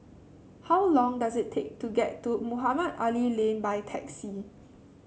how long does it take to get to Mohamed Ali Lane by taxi